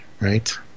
right